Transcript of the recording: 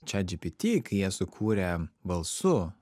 čiat dži bi ti kai jie sukūrė balsu